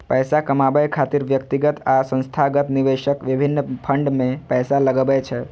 पैसा कमाबै खातिर व्यक्तिगत आ संस्थागत निवेशक विभिन्न फंड मे पैसा लगबै छै